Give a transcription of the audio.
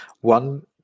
one